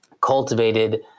cultivated